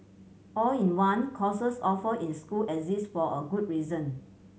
all in one courses offered in school exist for a good reason